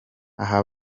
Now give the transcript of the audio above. aha